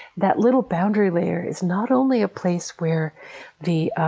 that little boundary layer is not only a place where the